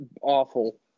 awful